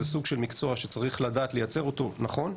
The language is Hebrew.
זה סוג של מקצוע שצריך לדעת לייצר אותו נכון.